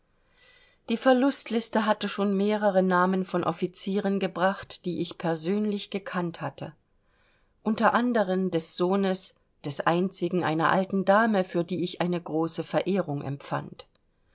die verlustliste hatte schon mehrere namen von offizieren gebracht die ich persönlich gekannt hatte unter anderen des sohnes des einzigen einer alten dame für die ich eine große verehrung empfand